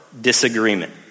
disagreement